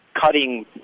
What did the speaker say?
cutting